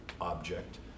object